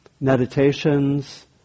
meditations